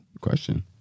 question